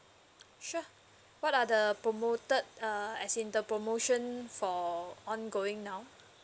sure what are the promoted err as in the promotion for ongoing now